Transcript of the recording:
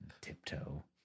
tiptoe